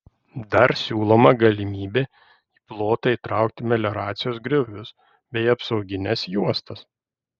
dar siūloma galimybė į plotą įtraukti melioracijos griovius bei apsaugines juostas